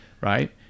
Right